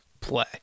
play